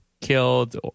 killed